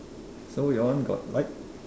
so your one got light